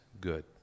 good